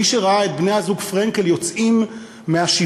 מי שראה את בני הזוג פרנקל יוצאים מהשבעה